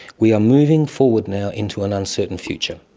we are moving forward now into an uncertain future,